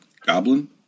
goblin